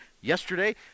yesterday